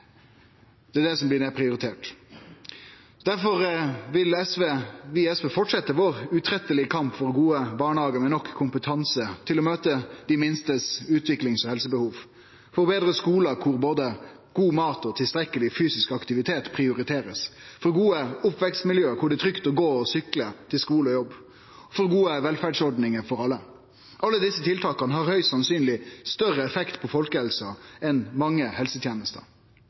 alle», er det som blir nedprioritert. Difor vil vi i SV fortsetje vår utrøyttelege kamp for gode barnehagar med nok kompetanse til å møte utviklings- og helsebehova til dei minste, for betre skular der både god mat og tilstrekkeleg fysisk aktivitet blir prioritert, for gode oppvekstmiljø der det er trygt å gå og sykle til skule og jobb, og for gode velferdsordningar for alle. Alle desse tiltaka har høgst sannsynleg større effekt på folkehelsa enn mange helsetenester.